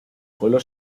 pueblo